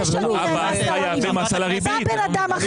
בא בן אדם אחר,